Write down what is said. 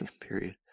Period